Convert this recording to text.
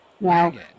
Now